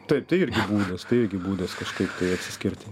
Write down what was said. taip tai irgi nes tai irgi būdas kažkaip tai atsiskirti